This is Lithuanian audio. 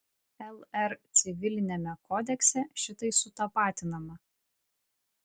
lr civiliniame kodekse šitai sutapatinama